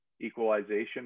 equalization